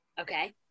Okay